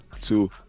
two